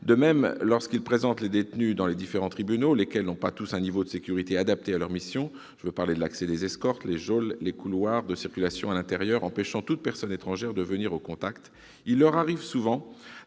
De même, lorsqu'ils présentent des détenus devant les différents tribunaux, lesquels n'ont pas tous un niveau de sécurité adapté à leurs missions- je veux parler de l'accès des escortes, des geôles, des couloirs de circulation à l'intérieur empêchant toute personne étrangère de venir au contact -, il leur arrive souvent